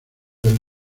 del